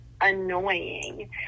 annoying